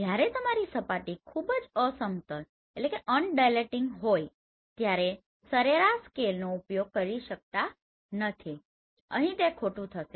જ્યારે તમારી સપાટી ખૂબ જ અસમતલ હોય ત્યારે સરેરાશ સ્કેલનો ઉપયોગ કરી શકતા નથી અહી તે ખોટું થશે